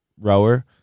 rower